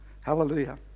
Hallelujah